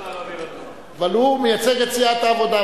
הוא מייצג את סיעת העבודה,